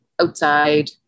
outside